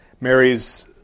Mary's